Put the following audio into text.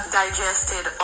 digested